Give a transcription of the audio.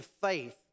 faith